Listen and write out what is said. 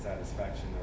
satisfaction